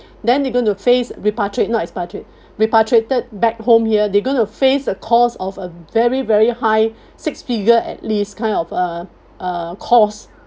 then they're going to face repatriate not expatriate repatriated back home here they going to face a cost of a very very high six figure at least kind of uh uh cost